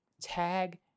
tag